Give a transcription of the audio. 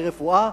מרפואה.